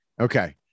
Okay